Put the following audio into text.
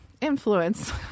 influence